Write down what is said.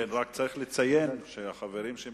כן, רק צריך לציין לחברים שמחכים: